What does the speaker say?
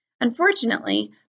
Unfortunately